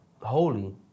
holy